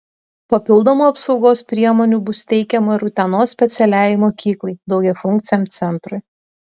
papildomų apsaugos priemonių bus teikiama ir utenos specialiajai mokyklai daugiafunkciam centrui